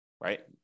right